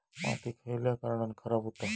माती खयल्या कारणान खराब हुता?